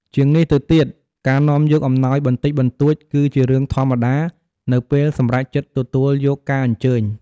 ជាងនេះទៅទៀត ការនាំយកអំណោយបន្តិចបន្តួចគឺជារឿងធម្មតានៅពេលសម្រេចចិត្តទទួលយកការអញ្ជើញ។